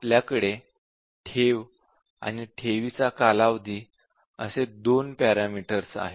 आपल्याकडे ठेव आणि ठेवीचा कालावधी असे दोन पॅरामीटर्स आहेत